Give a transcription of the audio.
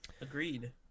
agreed